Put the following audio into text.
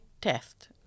test